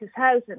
2000